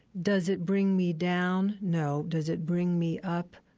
does it bring me down? no. does it bring me up?